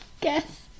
Guess